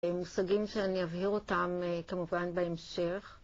מושגים שאני אבהיר אותם כמובן בהמשך.